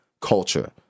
culture